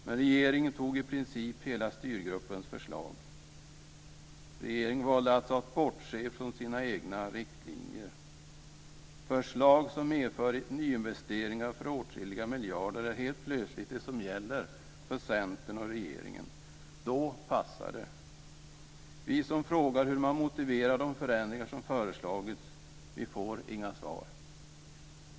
Men regeringen antog i princip hela styrgruppens förslag. Regeringen valde alltså att bortse från sina egna riktlinjer. Förslag som medför nyinvesteringar för åtskilliga miljarder är helt plötsligt det som gäller för Centern och regeringen. Då passar det. Vi som frågar hur man motiverar de förändringar som föreslagits får inga svar.